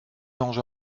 mangé